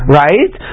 right